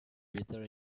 better